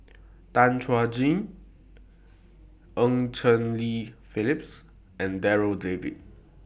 Tan Chuan Jin Eng Cheng Li Phyllis and Darryl David